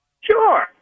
Sure